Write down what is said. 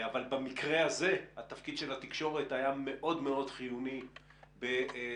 אבל במקרה הזה התפקיד של התקשורת היה מאוד מאוד חיוני בחשיפת